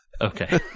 Okay